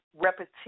repetition